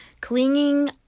clinging